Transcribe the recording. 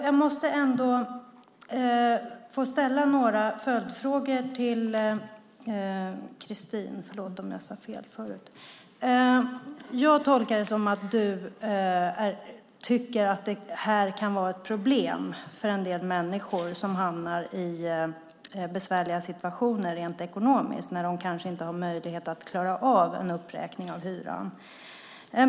Jag måste ändå ställa några följdfrågor till Christine. Jag tolkar det som att du tycker att detta kan vara ett problem för de människor som hamnar i besvärliga situationer rent ekonomiskt. De kanske inte har möjlighet att klara av en uppräkning av hyran.